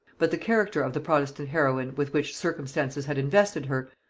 but the character of the protestant heroine with which circumstances had invested her,